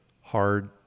hard